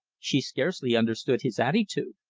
she scarcely understood his attitude.